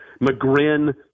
McGrin